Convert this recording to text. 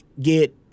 get